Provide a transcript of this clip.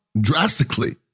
drastically